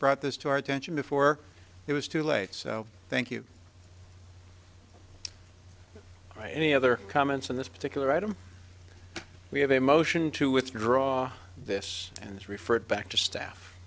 brought this to our attention before it was too late so thank you any other comments on this particular item we have a motion to withdraw this is referred back to staff